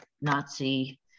Nazi